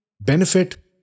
benefit